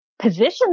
position